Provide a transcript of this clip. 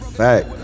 fact